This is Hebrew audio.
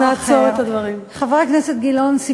חבר הכנסת גילאון,